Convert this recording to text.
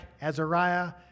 Azariah